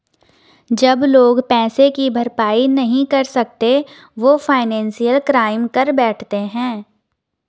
जब लोग पैसे की भरपाई नहीं कर सकते वो फाइनेंशियल क्राइम कर बैठते है